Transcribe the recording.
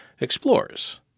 explores